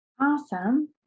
Awesome